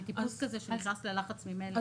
אני טיפוס כזה שנכנס ללחץ ממלל.